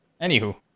Anywho